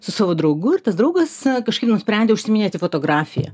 su savo draugu ir tas draugas kažkaip nusprendė užsiiminėti fotografija